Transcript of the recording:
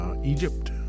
Egypt